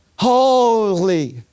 Holy